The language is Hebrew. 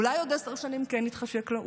אולי בעוד עשר שנים כן יתחשק לו?